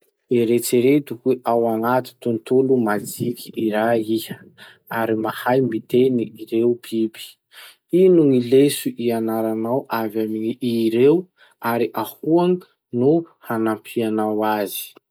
Eritsereto hoe ao anaty tontolo majiky iray iha ary mahay miteny ireo biby. Ino gny leso ianaranao avy amy ii reo, ary ahoa gny hanampianao azy?